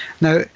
Now